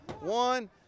One